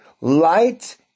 light